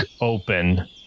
open